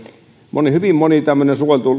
hyvin monen tämmöisen